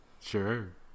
Sure